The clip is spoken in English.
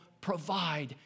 provide